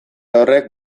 horrek